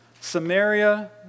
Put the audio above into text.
Samaria